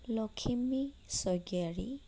Lakhimi Swargiary